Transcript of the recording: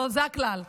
זה הכלל,